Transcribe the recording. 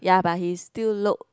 ya but he still look